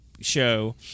Show